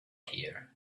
here